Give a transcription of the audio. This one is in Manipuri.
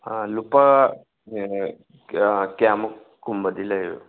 ꯂꯨꯄꯥ ꯀꯌꯥꯃꯨꯛ ꯀꯨꯝꯕꯗꯤ ꯂꯩꯒꯦ